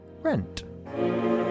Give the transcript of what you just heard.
Rent